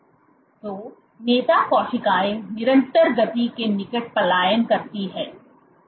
तो नेता कोशिकाएं निरंतर गति के निकट पलायन करती है